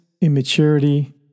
immaturity